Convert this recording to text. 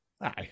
aye